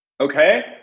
okay